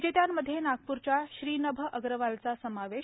विजेत्यांमध्ये नागपूरच्या श्रीनभ अग्रवालचा समावेश